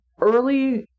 early